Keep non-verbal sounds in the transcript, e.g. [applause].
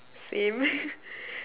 same [laughs]